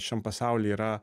šiam pasauly yra